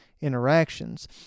interactions